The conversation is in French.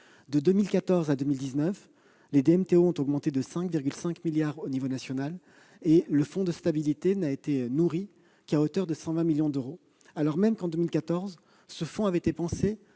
de 2014 à 2019, les DMTO ont augmenté de 5,5 milliards d'euros à l'échelon national, et le fonds de stabilité n'a été nourri qu'à hauteur de 120 millions d'euros, alors même que, en 2014, ce fonds avait été conçu